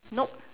nope